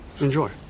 Enjoy